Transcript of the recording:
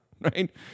Right